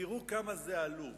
תראו כמה זה עלוב.